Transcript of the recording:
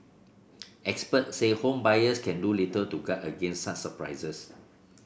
expert say home buyers can do little to guard against such surprises